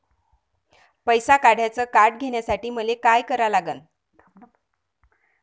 पैसा काढ्याचं कार्ड घेण्यासाठी मले काय करा लागन?